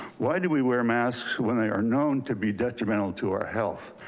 why do we wear masks when they are known to be detrimental to our health?